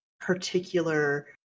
particular